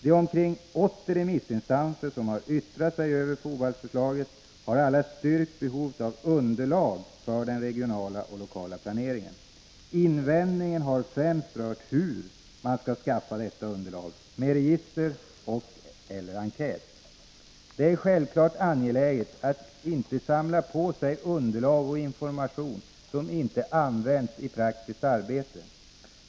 De omkring 80 remissinstanser som har yttrat sig över Fobalt-förslaget har alla styrkt behovet av underlag för den regionala och lokala planeringen. Invändningarna har främst rört hur man skall skaffa detta underlag — med register och/eller enkät. Det är självfallet angeläget att inte samla på sig underlag och information som inte används i praktiskt arbete.